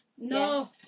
No